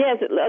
yes